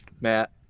Matt